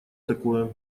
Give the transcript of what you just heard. такое